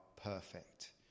perfect